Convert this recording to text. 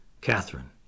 Catherine